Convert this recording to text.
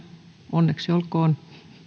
onneksi olkoon